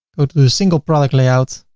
go to the single product layout.